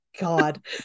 God